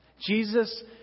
Jesus